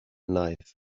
life